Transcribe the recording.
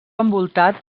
envoltat